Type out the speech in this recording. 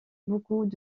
beaucoup